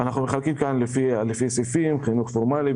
מחלקים כאן לפי סעיפים חינוך פורמלי,